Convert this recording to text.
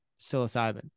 psilocybin